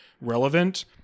relevant